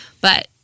but-